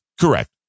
Correct